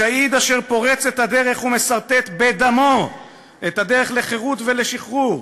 השהיד הוא אשר פורץ את הדרך ומסרטט בדמו את הדרך לחירות ולשחרור.